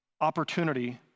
opportunity